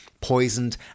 poisoned